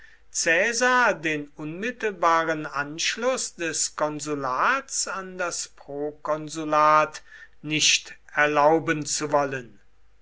den unmittelbaren anschluß des konsulats an das prokonsulat nicht erlauben zu wollen